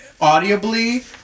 audibly